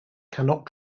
cannot